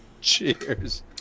Cheers